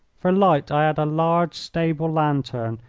for light i had a large stable lantern,